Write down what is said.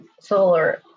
solar